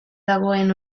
dagoen